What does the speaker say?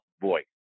voice